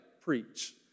preach